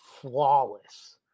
flawless